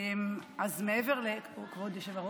כבוד היושב-ראש,